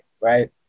right